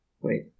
Wait